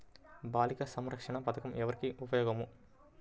బాలిక సంరక్షణ పథకం ఎవరికి ఉపయోగము?